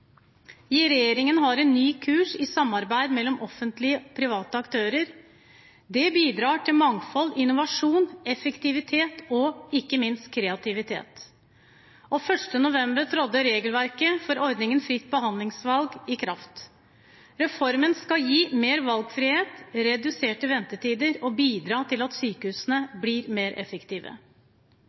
somatikken. Regjeringen har en ny kurs i samarbeid mellom offentlige og private aktører. Det bidrar til mangfold, innovasjon, effektivitet og, ikke minst, kreativitet. Den 1. november trådte regelverket for ordningen Fritt behandlingsvalg i kraft. Reformen skal gi mer valgfrihet og reduserte ventetider og bidra til at sykehusene blir mer effektive.